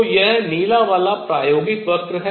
तो यह नीला वाला प्रायोगिक वक्र है